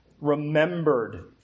remembered